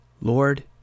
Lord